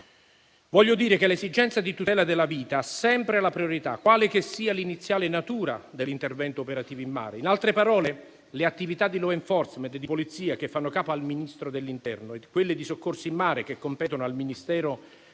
Voglio dire che l'esigenza di tutela della vita ha sempre la priorità, quale che sia l'iniziale natura dell'intervento operativo in mare. In altre parole, le attività di *law enforcement* e di polizia, che fanno capo al Ministro dell'interno, e quelle di soccorso in mare, che competono al Ministero